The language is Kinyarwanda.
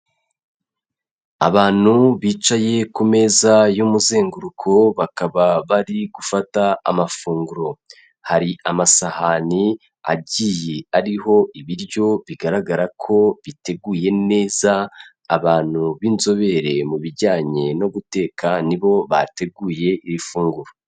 Abantu bicaye ku meza y'umuzenguruko, bakaba bari gufata amafunguro, hari amasahani agiye ariho ibiryo bigaragara ko biteguye neza, abantu b'inzobere mu bijyanye no guteka nibo bateguye iri funguro.